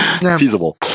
feasible